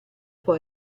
può